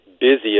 busiest